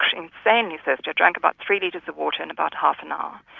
insanely thirsty, i drank about three litres of water in about half an hour.